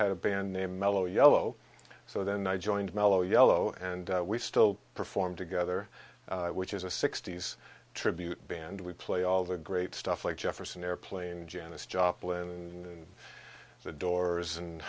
had a band name mello yello so then i joined mello yello and we still performed together which is a sixty's tribute band we play all the great stuff like jefferson airplane janis joplin and the doors and